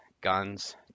guns